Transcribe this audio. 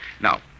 Now